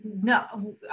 no